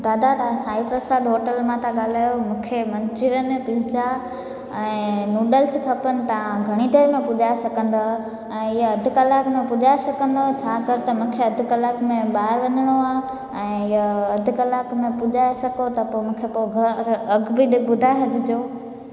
दादा तव्हां साईं प्रसाद होटल मां था ॻाल्हायो मूंखे मन्चुरियन पिज़ा ऐं नूडल्स खपनि तव्हां घणी देरि में पुॼाए सघंदव ऐं इहे अधु कलाक में पुॼाए सघंदव छाकाणि त मूंखे अधु कलाक में ॿाहिरि वञिणो आहे ऐं इहा अधु कलाक में पुॼाए सघो त मूंखे पोइ अघु बि ॿुधाए छॾिजो